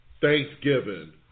Thanksgiving